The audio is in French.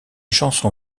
chanson